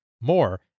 More